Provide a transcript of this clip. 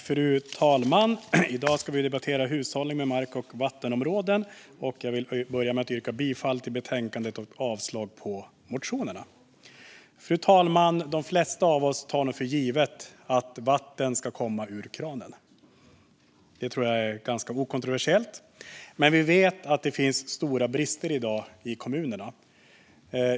Fru talman! I dag ska vi debattera hushållningen med mark och vattenområden, och jag vill börja med att yrka bifall till förslaget i betänkandet och avslag på reservationerna. Fru talman! De flesta av oss tar nog för givet att vatten ska komma ur kranen. Det tror jag är ganska okontroversiellt. Men vi vet att det i dag finns stora brister i kommunerna.